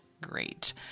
great